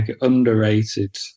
underrated